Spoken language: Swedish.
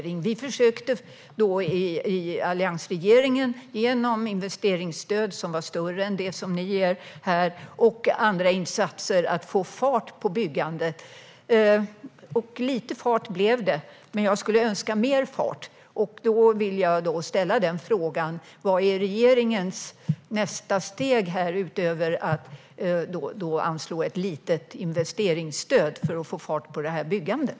Alliansregeringen försökte få fart på byggandet genom investeringsstöd, som var större än det som regeringen ger, och genom andra insatser. Lite fart blev det, men jag hade önskat mer. Jag vill ställa en fråga: Vad är regeringens nästa steg utöver att anslå ett litet investeringsstöd för att få fart på byggandet?